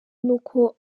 nuko